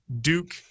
Duke